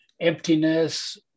emptiness